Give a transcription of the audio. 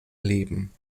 leben